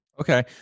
Okay